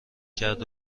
کرد